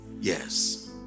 Yes